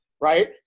right